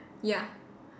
ya